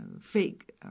fake